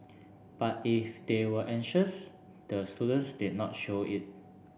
but if they were anxious the students did not show it